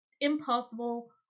impossible